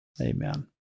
Amen